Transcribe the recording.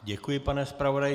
Děkuji, pane zpravodaji.